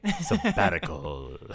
Sabbatical